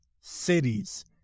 cities